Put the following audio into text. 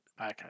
Okay